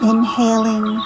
Inhaling